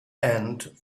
end